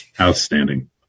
Outstanding